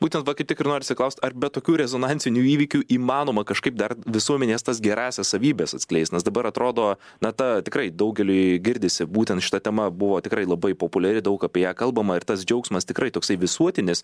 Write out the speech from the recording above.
būtent tokį tikrai norisi klaust ar be tokių rezonansinių įvykių įmanoma kažkaip dar visuomenės tas gerąsias savybes atskleist nes dabar atrodo na ta tikrai daugeliui girdisi būtent šita tema buvo tikrai labai populiari daug apie ją kalbama ir tas džiaugsmas tikrai toksai visuotinis